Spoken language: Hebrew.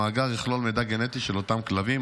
המאגר יכלול מידע גנטי של אותם כלבים.